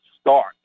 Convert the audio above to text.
start